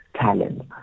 talent